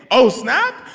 oh, snap.